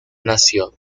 nació